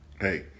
hey